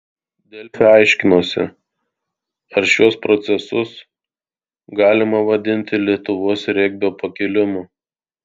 delfi aiškinosi ar šiuos procesus galima vadinti lietuvos regbio pakilimu